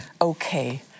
okay